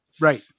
right